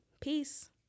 Peace